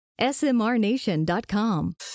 smrnation.com